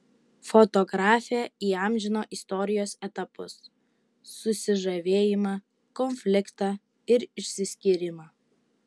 fotografė įamžino istorijos etapus susižavėjimą konfliktą ir išsiskyrimą